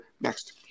next